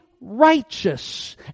righteous